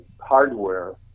hardware